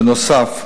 בנוסף,